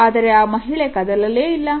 ಆದರೆ ಆ ಮಹಿಳೆ ಕದಲಲೇ ಇಲ್ಲ